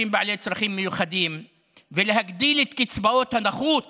בעלי צרכים מיוחדים ולהגדיל את קצבאות הנכות